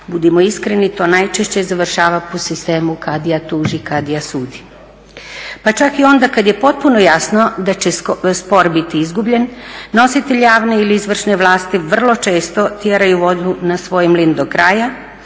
Budimo iskreni to najčešće završava po sistemu kadija tuži, kadija sudi. Pa čak i onda kad je potpuno jasno da će spor biti izgubljen nositelj javne ili izvršne vlasti vrlo često tjeraju vodu na svoj mlin do kraja